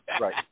Right